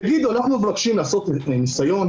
תגידו: אנחנו מבקשים לעשות ניסיון,